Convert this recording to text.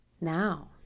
Now